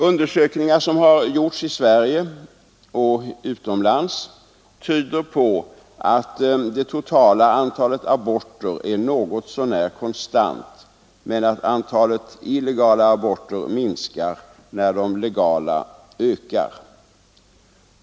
Undersökningar som har gjorts i Sverige och utomlands tyder på att det totala antalet aborter är något så när konstant men att antalet illegala aborter minskar när de legala ökar.